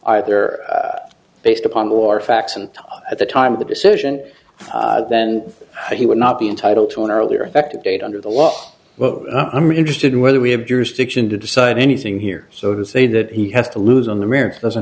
are there based upon the war facts and at the time of the decision then he would not be entitled to an earlier effective date under the law i'm interested in whether we have jurisdiction to decide anything here so to say that he has to lose on the